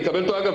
אגב,